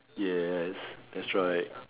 yes that's right